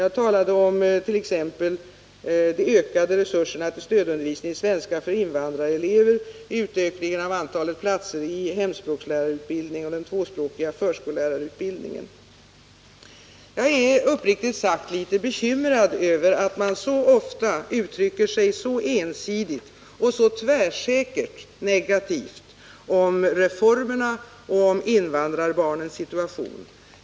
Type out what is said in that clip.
Jag talade t.ex. om de ökade resurserna till stödundervisningen i svenska för invandrarelever och om utökningen av antalet platser i hemspråkslärarutbildningen och den tvåspråkiga förskollärarutbildningen. Jag är uppriktigt sagt litet bekymrad över att människor så ofta uttrycker sig så ensidigt och tvärsäkert negativt om reformerna på detta område och om invandrarbarnens situation.